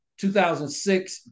2006